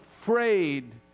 afraid